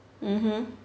mmhmm